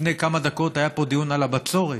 לפני כמה דקות היה פה דיון על הבצורת.